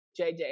JJ